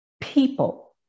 people